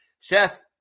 Seth